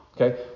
Okay